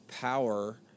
power